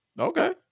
Okay